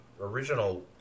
original